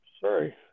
Sorry